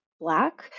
Black